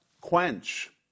Quench